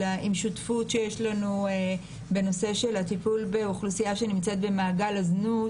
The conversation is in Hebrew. שותפות שיש לנו בנושא של הטיפול באוכלוסייה שנמצאת במעגל הזנות,